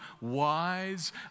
wise